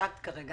שהצגת בפתיחה,